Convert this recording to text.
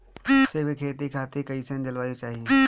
सेब के खेती खातिर कइसन जलवायु चाही?